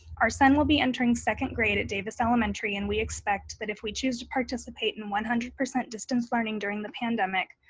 our son will be entering second grade at davis elementary and we expect that if we choose to participate in one hundred percent distance learning during the pandemic,